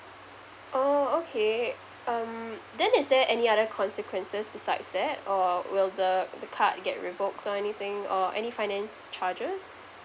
oh okay um then is there any other consequences besides that or will the the card get revoked or anything or any finance charges